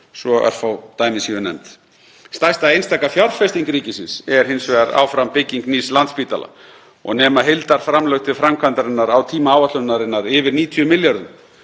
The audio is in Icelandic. svo að örfá dæmi séu nefnd. Stærsta einstaka fjárfesting ríkisins er hins vegar áfram bygging nýs Landspítala og nema heildarframlög til framkvæmdarinnar á tíma áætlunarinnar yfir 90 milljörðum